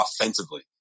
offensively